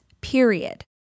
period